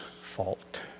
fault